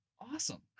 Awesome